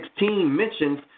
mentions